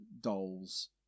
dolls